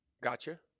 Gotcha